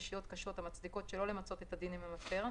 אישיות קשות המצדיקות שלא למצות את הדין עם המפר,